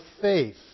faith